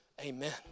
Amen